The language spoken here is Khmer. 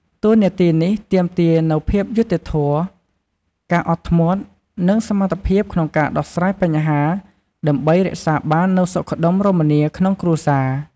តួនាទីនេះទាមទារនូវភាពយុត្តិធម៌ ការអត់ធ្មត់ និងសមត្ថភាពក្នុងការដោះស្រាយបញ្ហាដើម្បីរក្សាបាននូវសុខដុមរមនាក្នុងគ្រួសារ។